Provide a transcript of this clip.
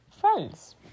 friends